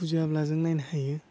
बुजियाब्ला जों नायनो हायो